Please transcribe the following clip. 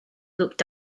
looked